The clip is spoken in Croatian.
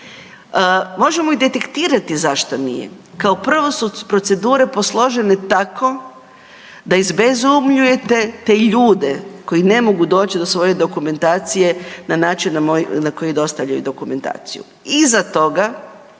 Možemo i detektirati zašto nije. Kao prvo su procedure posložene tako da izbezumljujete te ljude koji ne mogu doći do svoje dokumentacije na način na koji dostavljaju dokumentaciju. Iza toga